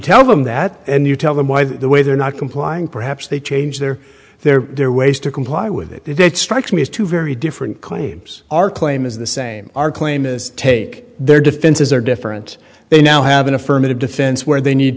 tell them that and you tell them why the way they're not complying perhaps they change their their their ways to comply with it they don't strike me as two very different claims our claim is the same our claim is take their defenses are different they now have an affirmative defense where they need